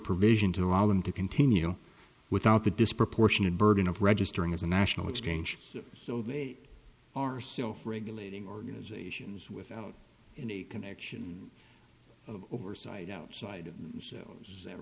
provision to allow them to continue without the disproportionate burden of registering as a national exchange so they are self regulating organizations without any connection of oversight outside so th